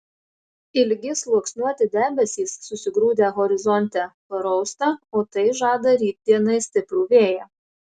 ilgi sluoksniuoti debesys susigrūdę horizonte parausta o tai žada rytdienai stiprų vėją